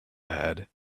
had